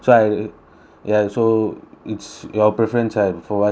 ya so it's your preference and for us no worries